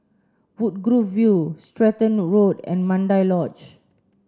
Woodgrove View Stratton Road and Mandai Lodge